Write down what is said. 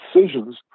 decisions